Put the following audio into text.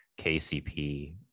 KCP